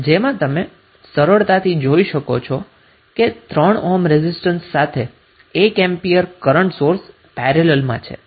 જેમાં તમે સરળતાથી જોઈ શકો છો કે 3 ઓહ્મ રેઝિસ્ટન્સ સાથે 1 એમ્પિયર કરન્ટ સોર્સ પેરેલલમાં છે